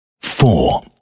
four